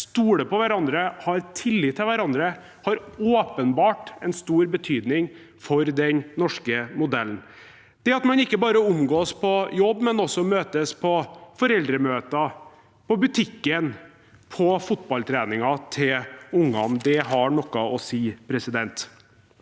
stoler på hverandre og har tillit til hverandre, har åpenbart en stor betydning for den norske modellen. Det at man ikke bare omgås på jobb, men også møtes på foreldremøter, på butikken og på fotballtreningen til ungene – det har noe å si. Det